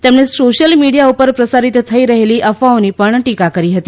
તેમણે social media ઉપર પ્રસારિત થઇ રહેલી અફવાઓની પણ ટીકા કરી હતી